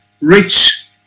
rich